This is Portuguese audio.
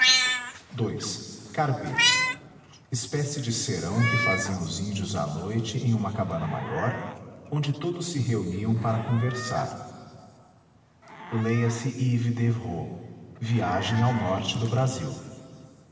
ii carbeto espécie de serão que faziam os índios à noite em uma cabana maior onde todos se reuniam para conversar leia se ives d evreux viagem ao norte do brasil